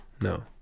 no